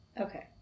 Okay